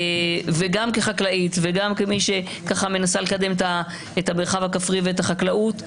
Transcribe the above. גם כחקלאית וגם כמי שמנסה לקדם את המרחב הכפרי ואת החקלאות,